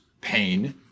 pain